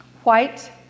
White